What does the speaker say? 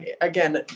again